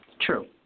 True